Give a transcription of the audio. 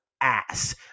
ass